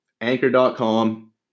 anchor.com